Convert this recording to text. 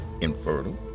infertile